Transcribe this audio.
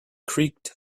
creaked